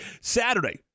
Saturday